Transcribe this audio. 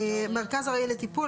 מרכז ארעי לטיפול.